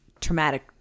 traumatic